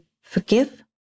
forgive